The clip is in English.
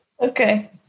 Okay